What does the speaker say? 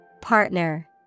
Partner